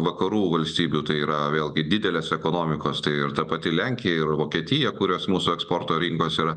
vakarų valstybių tai yra vėlgi didelės ekonomikos tai ir ta pati lenkija ir vokietija kurios mūsų eksporto rinkos yra